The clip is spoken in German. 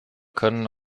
können